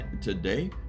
today